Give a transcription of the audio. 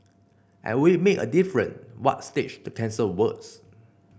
and would it make a difference what stage the cancer was